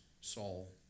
Saul